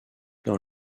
dans